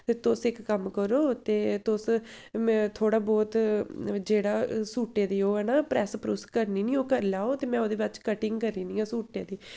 फिर तुस इक कम्म करो ते तुस में थोड़ा ब्हौत जेह्ड़ा सूटें दी ओह् ऐ ना प्रैस्स प्रुस्स करनी नी ओह् करी लैओ ते में ओह्दे बाद च कटिंग करी 'रनिआं सूटै दी